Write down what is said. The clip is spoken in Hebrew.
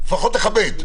לפחות תכבד.